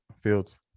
Fields